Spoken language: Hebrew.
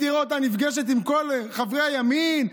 תראה אותה נפגשת עם כל חברי הימין,